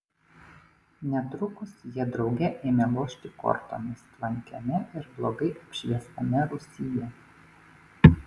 netrukus jie drauge ėmė lošti kortomis tvankiame ir blogai apšviestame rūsyje